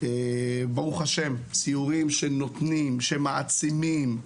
ברוך השם, סיורים שנותנים, שמעצימים,